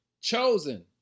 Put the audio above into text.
chosen